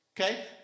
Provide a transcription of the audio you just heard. Okay